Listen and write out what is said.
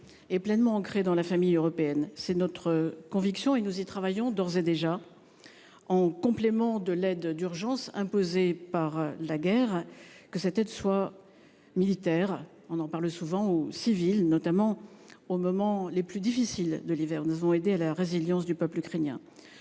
et pleinement ancrée dans la famille européenne. C'est notre conviction et nous y travaillons d'ores et déjà. En complément de l'aide d'urgence, imposé par la guerre que cette aide soit militaire, on en parle souvent au civil notamment aux moments les plus difficiles de l'hiver, nous ont aidé à la résilience du peuple ukrainien.